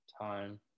time